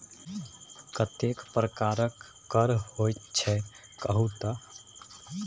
कतेक प्रकारक कर होइत छै कहु तए